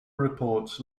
reports